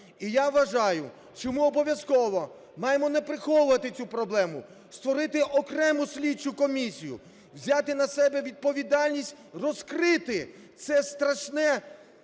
І я вважаю, що ми обов'язково маємо не приховувати цю проблему. Створити окрему слідчу комісію. Взяти на себе відповідальність розкрити це страшне